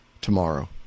tomorrow